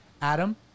Adam